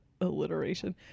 alliteration